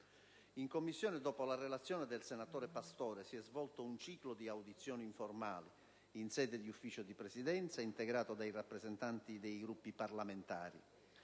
In Commissione, dopo la relazione del senatore Pastore, si è svolto un ciclo di audizioni informali, in sede di ufficio di Presidenza integrato dai rappresentanti dei Gruppi parlamentari.